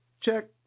Check